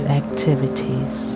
activities